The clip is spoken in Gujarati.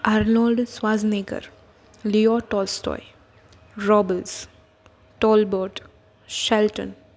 Arnold Schwarzenegger Leo Tolstoy Robles Talbot Shelton